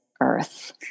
earth